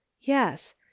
Yes